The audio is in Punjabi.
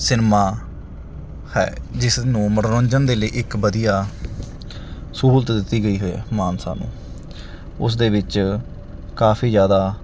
ਸਿਨੇਮਾ ਹੈ ਜਿਸ ਨੂੰ ਮਨੋਰੰਜਨ ਦੇ ਲਈ ਇੱਕ ਵਧੀਆ ਸਹੂਲਤ ਦਿੱਤੀ ਗਈ ਹੈ ਮਾਨਸਾ ਨੂੰ ਉਸ ਦੇ ਵਿੱਚ ਕਾਫੀ ਜ਼ਿਆਦਾ